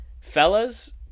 fellas